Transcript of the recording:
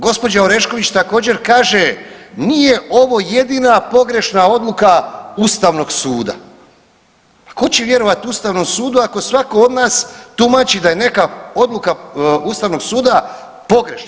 Gospođa Orešković također kaže nije ovo jedina pogrešna odluka Ustavnog suda, pa tko će vjerovati Ustavnom sudu ako svatko od nas tumači da je neka odluka Ustavnog suda pogrešna.